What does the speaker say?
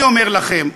אני אומר לכם,